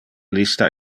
lista